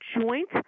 joint